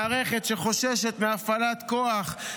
מערכת שחוששת מהפעלת כוח,